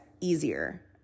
easier